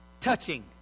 Touching